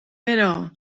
però